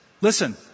listen